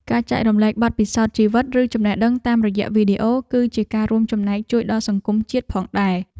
ការចែករំលែកបទពិសោធន៍ជីវិតឬចំណេះដឹងតាមរយៈវីដេអូ គឺជាការរួមចំណែកជួយដល់សង្គមជាតិផងដែរ។